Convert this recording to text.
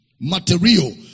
material